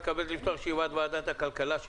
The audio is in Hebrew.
אני מתכבד לפתוח את ישיבת ועדת הכלכלה של